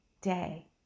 day